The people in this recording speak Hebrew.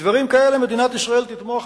בדברים כאלה מדינת ישראל תתמוך,